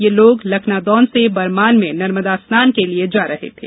ये लोग लखानादोन से बरमान में नर्मदा स्नान के लिये जा रहे थे